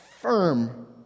firm